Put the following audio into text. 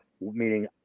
Meaning